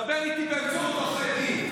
דבר איתי באמצעות עורכי דין.